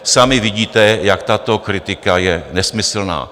Sami vidíte, jak tato kritika je nesmyslná.